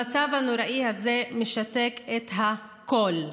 המצב הנוראי הזה משתק את הכול.